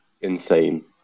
insane